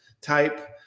type